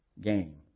game